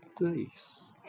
face